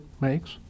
makes